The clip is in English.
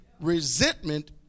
resentment